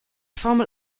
formel